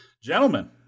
gentlemen